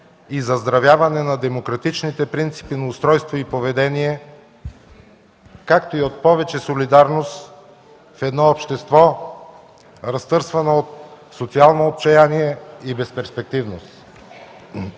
и заздравяване на демократичните принципи на устройство и поведение, както и от повече солидарност в едно общество, разтърсвано от социално отчаяние и безперспективност.